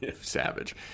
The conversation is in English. savage